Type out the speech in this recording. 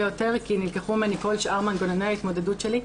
יותר כי נלקחו ממני כל שאר מנגנוני ההתמודדות שלי.